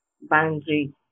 boundary